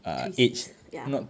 twist ya